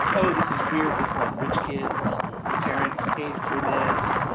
oh, this is weird. this like rich kids parents paid for this.